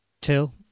till